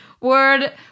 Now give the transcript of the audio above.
word